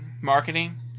marketing